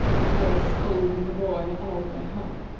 the girl scolding the boy all the way home.